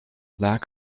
lack